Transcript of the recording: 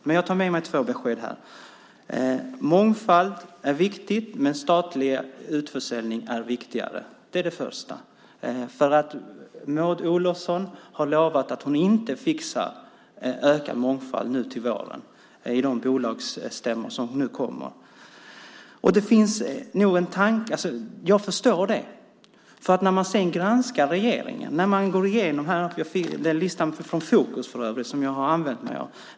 Men jag tar med mig två besked här. Mångfald är viktigt, men statlig utförsäljning är viktigare - det är det första. Maud Olofsson har lovat att hon inte fixar ökad mångfald nu till våren i de bolagsstämmor som kommer. Och jag förstår det. Man kan nämligen granska regeringen och gå igenom den lista, från Fokus för övrigt, som jag har använt mig av.